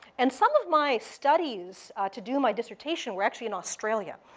and some of my studies to do my dissertation were actually in australia.